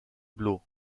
blu